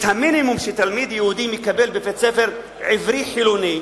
את המינימום שתלמיד יהודי מקבל בבית-ספר יהודי חילוני,